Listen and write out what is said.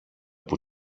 που